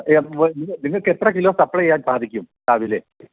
നിങ്ങള്ക്ക് എത്ര കിലോ സപ്ലൈയാൻ സാധിക്കും രാവിലെ